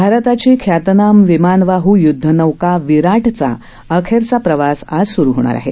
भारताची ख्यातनाम विमानवाह य्दधनौका विराटचा अखेरचा प्रवास आज स्रु होणार आहे